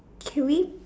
can we